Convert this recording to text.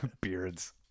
Beards